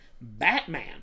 Batman